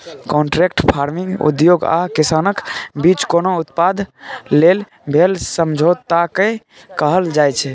contract farming उद्योग आ किसानक बीच कोनो उत्पाद लेल भेल समझौताकेँ कहल जाइ छै